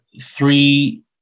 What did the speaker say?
three